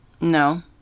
No